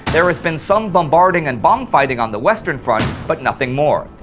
there has been some bombarding and bomb fighting on the western front, but nothing more.